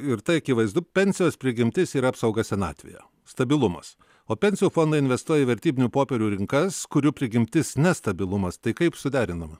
ir tai akivaizdu pensijos prigimtis yra apsauga senatvėje stabilumas o pensijų fondai investuoja į vertybinių popierių rinkas kurių prigimtis nestabilumas tai kaip suderinama